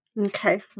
Okay